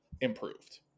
improved